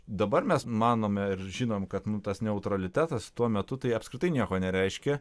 dabar mes manome ir žinom kad tas neutralitetas tuo metu tai apskritai nieko nereiškė